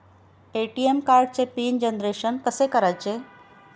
ATM कार्डचे PIN generation कसे करायचे?